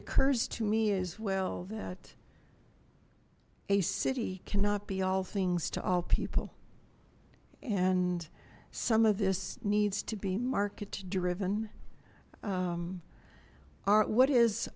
occurs to me as well that a city cannot be all things to all people and some of this needs to be market driven art what is